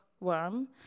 worm